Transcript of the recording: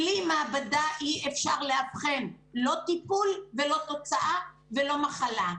בלי מעבדה אי אפשר לאבחן לא טיפול ולא תוצאה ולא מחלה,